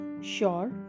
Sure